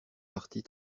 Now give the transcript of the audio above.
partie